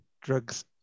drugs